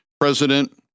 president